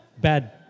Bad